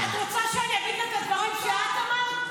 את רוצה שאני אגיד את הדברים שאת אמרת?